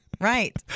right